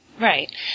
Right